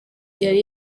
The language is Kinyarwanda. yari